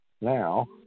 Now